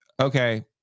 okay